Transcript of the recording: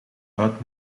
uit